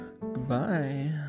goodbye